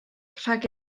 rhag